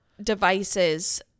devices